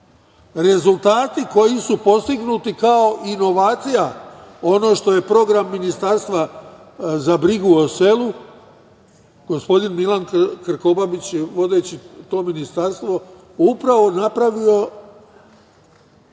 nastupaju. Rezultati koji su postignuti kao inovacija, ono što je program Ministarstva za brigu o selu, gospodin Milan Krkobabić je vodeći to Ministarstvo upravo napravio,